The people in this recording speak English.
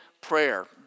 prayer